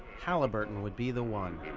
halliburton would be the one.